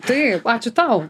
taip ačiū tau